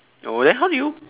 oh then how do you